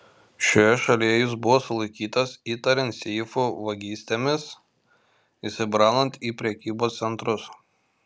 šioje šalyje jis buvo sulaikytas įtariant seifų vagystėmis įsibraunant į prekybos centrus